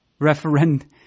referend